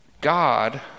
God